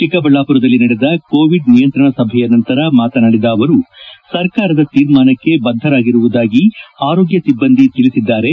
ಚಿಕ್ಕಬಳ್ಳಾಪುರದಲ್ಲಿ ನಡೆದ ಕೋವಿಡ್ ನಿಯಂತಣ ಸಭೆಯ ನಂತರ ಮಾತನಾಡಿದ ಅವರು ಸರ್ಕಾರದ ತೀರ್ಮಾನಕ್ಕೆ ಬದ್ಧರಿರುವುದಾಗಿ ಆರೋಗ್ಯ ಸಿಬ್ಬಂದಿ ತಿಳಿಸಿದ್ದಾರೆ